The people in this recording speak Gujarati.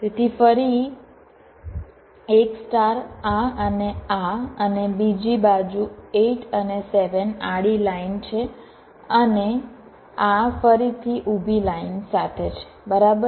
તેથી ફરી એક સ્ટાર આ અને આ અને બીજી બાજુ 8 અને 7 આડી લાઇન છે અને આ ફરીથી ઊભી લાઇન સાથે છે બરાબર